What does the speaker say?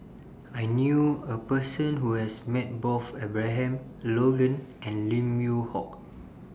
I knew A Person Who has Met Both Abraham Logan and Lim Yew Hock